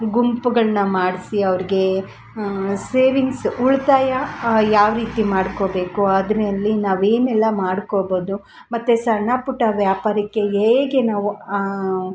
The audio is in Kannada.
ಗುಂಪುಗಳನ್ನ ಮಾಡಿಸಿ ಅವ್ರಿಗೆ ಸೇವಿಂಗ್ಸ್ ಉಳಿತಾಯ ಯಾವ ರೀತಿ ಮಾಡ್ಕೊಳ್ಬೇಕು ಅದರಲ್ಲಿ ನಾವು ಏನೆಲ್ಲ ಮಾಡ್ಕೊಳ್ಬೋದು ಮತ್ತು ಸಣ್ಣಪುಟ್ಟ ವ್ಯಾಪಾರಿಕೆ ಹೇಗೆ ನಾವು